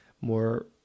more